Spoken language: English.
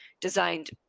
designed